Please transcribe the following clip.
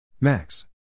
Max